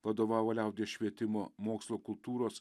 vadovavo liaudies švietimo mokslo kultūros